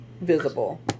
visible